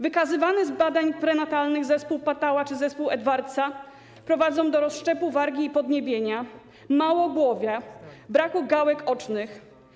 Wykazywany na podstawie badań prenatalnych zespół Pataua czy zespół Edwardsa prowadzą do rozszczepu wargi i podniebienia, małogłowia, braku gałek ocznych.